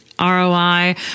ROI